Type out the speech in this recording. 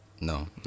No